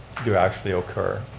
do actually occur.